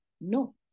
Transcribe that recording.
no